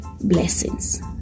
Blessings